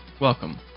welcome